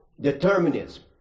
determinism